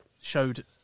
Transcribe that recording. showed